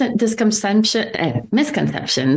misconceptions